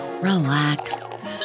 relax